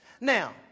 Now